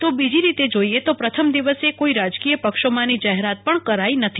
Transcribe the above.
તો બીજી રીતે જોઇએ તો પ્રથમ દિવસે કોઇ રાજકીય પક્ષોમાંની જાહેરાત પણ કરી નથી